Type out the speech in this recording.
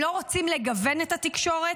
הם לא רוצים לגוון את התקשורת,